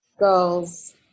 Girls